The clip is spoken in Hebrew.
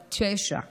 בת תשע,